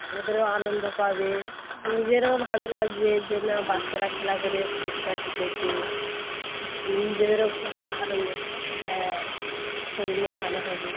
ওদেরও আনন্দ পাবে নিজেরও ভালো লাগবে যে না বাচ্চারা খেলা করে পুরস্কার জিতেছে গু নিজেদের খুব ভালো লা হ্যাঁ শরীরও ভালো হবে